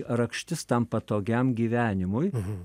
rakštis tam patogiam gyvenimui